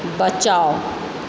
बचाउ